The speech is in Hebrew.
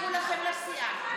העבירו לכם לסיעה.